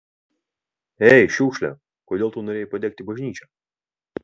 ei šiukšle kodėl tu norėjai padegti bažnyčią